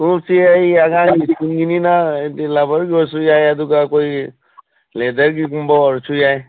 ꯈꯣꯡꯎꯞꯁꯤ ꯑꯩ ꯑꯉꯥꯡ ꯁ꯭ꯀꯨꯜꯒꯤꯅꯤꯅ ꯍꯥꯏꯗꯤ ꯔꯕꯔꯒꯤ ꯑꯣꯏꯔꯁꯨ ꯌꯥꯏ ꯑꯗꯨꯒ ꯑꯩꯈꯣꯏꯒꯤ ꯂꯦꯗꯔꯒꯤꯒꯨꯝꯕ ꯑꯣꯏꯔꯁꯨ ꯌꯥꯏ